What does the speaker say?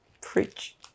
preach